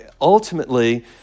Ultimately